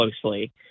closely